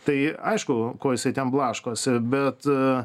tai aišku ko jisai ten blaškosi bet